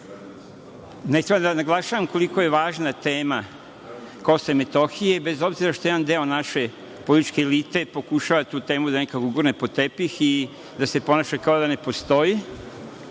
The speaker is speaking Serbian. treba da naglašavam koliko je važna tema Kosova i Metohije, bez obzira što jedan deo naše političke elite pokušava tu temu da nekako gurne pod tepih i da se ponaša kao da ne postoji,